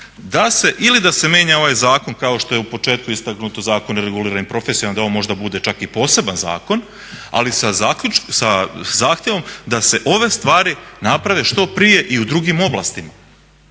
da se ili da se mijenja ovaj zakon kao što je u početku istaknuto zakon je reguliran …/Govornik se ne razumije./… da on možda bude čak i poseban zakon, ali sa zahtjevom da se ove stvari naprave što prije i u drugim oblastima